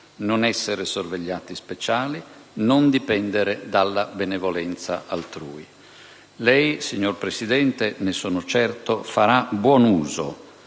non essere sorvegliati speciali, non dipendere dalla benevolenza altrui. Lei, signor Presidente, ne sono certo, farà buon uso,